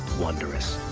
wondrous.